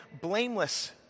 blameless